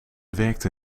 werkte